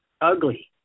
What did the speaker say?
ugly